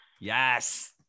Yes